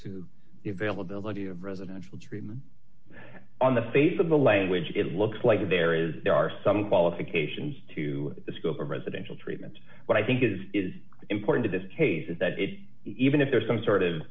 to the availability of residential treatment on the face of the language it looks like there is there are some qualifications to the scope of residential treatment what i think is important in this case is that even if there is some sort of